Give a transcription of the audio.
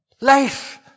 Life